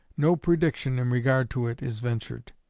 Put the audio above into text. no prediction in regard to it is ventured.